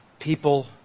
People